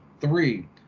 three